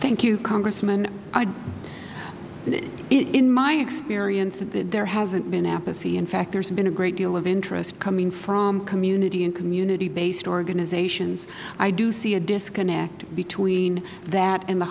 you congressman in my experience there hasn't been apathy in fact there has been a great deal of interest coming from community and community based organizations i do see a disconnect between that and the